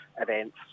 events